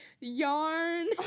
yarn